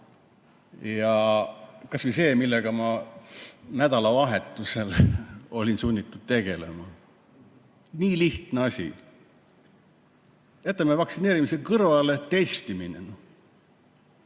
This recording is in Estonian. Kasvõi see, millega ma nädalavahetusel olin sunnitud tegelema. Nii lihtne asi. Jätame vaktsineerimise kõrvale. Testimine.